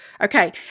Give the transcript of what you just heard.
Okay